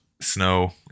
snow